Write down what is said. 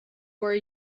were